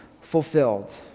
fulfilled